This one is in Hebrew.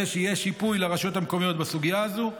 שיהיה שיפוי לרשויות המקומיות בסוגיה הזאת.